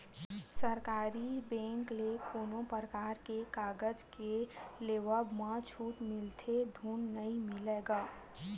सरकारी बेंक ले कोनो परकार के करजा के लेवब म छूट मिलथे धून नइ मिलय गा?